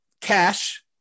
Cash